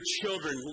children